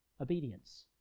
Obedience